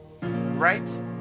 right